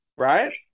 right